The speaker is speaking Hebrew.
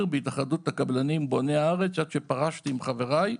בהתאחדות הקבלנים בוני הארץ עד שפרשתי עם חבריי,